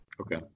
okay